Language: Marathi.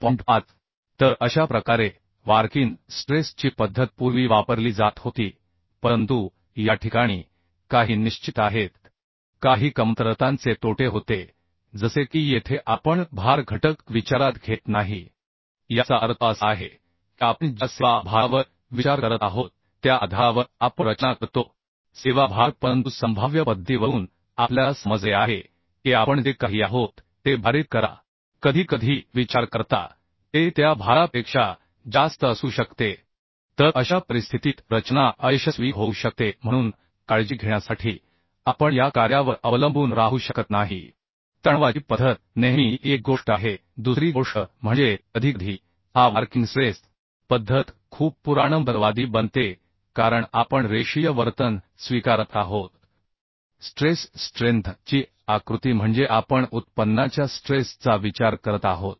5 तर अशा प्रकारे वर्किंग स्ट्रेस स्ट्रेस् चि पद्धत पूर्वी वापरली जात होती परंतु या ठिकाणी काही निश्चित आहेत काही कमतरतांचे तोटे होते जसे की येथे आपण भार घटक विचारात घेत नाही याचा अर्थ असा आहे की आपण ज्या सेवा भारावर विचार करत आहोत त्या आधारावर आपण रचना करतो सेवा भार परंतु संभाव्य पद्धतीवरून आपल्याला समजले आहे की आपण जे काही आहोत ते भारित करा कधीकधी विचार करता ते त्या भारापेक्षा जास्त असू शकते तर अशा परिस्थितीत रचना अयशस्वी होऊ शकते म्हणून काळजी घेण्यासाठी आपण या कार्यावर अवलंबून राहू शकत नाही तणावाची पद्धत नेहमी ही एक गोष्ट आहे दुसरी गोष्ट म्हणजे कधीकधी हा वर्किंग स्ट्रेस पद्धत खूप पुराणमतवादी बनते कारण आपण रेषीय वर्तन स्वीकारत आहोत स्ट्रेस् स्ट्रेन्थ ची आकृती म्हणजे आपण उत्पन्नाच्या स्ट्रेस चा विचार करत आहोत